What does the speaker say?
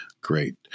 great